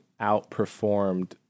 outperformed